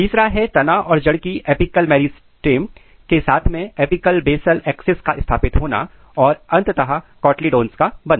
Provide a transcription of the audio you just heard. तीसरा है तना और जड़ की एपीकल मेरीस्ट्रीम के साथ में एपीकल बेसल एक्सेस का स्थापित होना और अंततः कोटलीडन का बनना